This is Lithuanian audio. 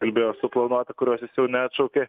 kalbėjo suplanuota kurios jis jau neatšaukė